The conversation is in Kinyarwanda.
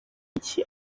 iki